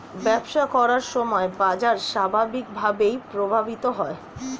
ব্যবসা করার সময় বাজার স্বাভাবিকভাবেই প্রভাবিত হয়